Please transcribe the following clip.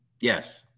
Yes